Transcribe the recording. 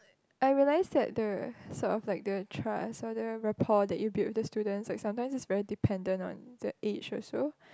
I realise that the sort of like the trust or the rapport that you build with the students like sometimes it's very dependent on the age also